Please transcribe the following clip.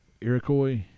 Iroquois